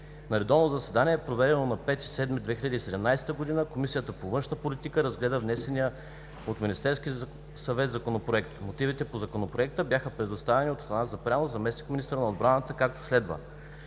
На редовно заседание, проведено на 5 юли 2017 година, Комисията по външна политика разгледа внесения от Министерския съвет Законопроект. Мотивите по Законопроекта бяха представени от Атанас Запрянов – заместник-министър на отбраната, както следва.